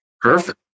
perfect